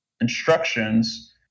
instructions